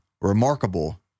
Remarkable